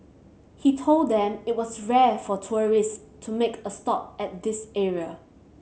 he told them it was rare for tourist to make a stop at this area